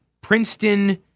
Princeton